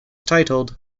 titled